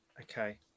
Okay